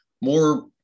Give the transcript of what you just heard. more